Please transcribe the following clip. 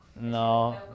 No